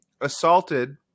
assaulted